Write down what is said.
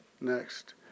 Next